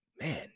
man